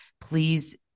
Please